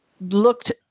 looked